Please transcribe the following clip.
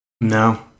No